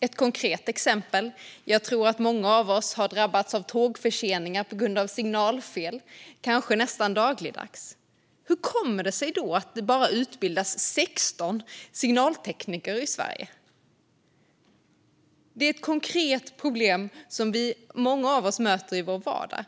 ta ett konkret exempel. Jag tror att många av oss har drabbats av tågförseningar på grund av signalfel, kanske nästan dagligdags. Hur kommer det sig då att det bara utbildas 16 signaltekniker i Sverige? Det är ett konkret problem som många av oss möter i vår vardag.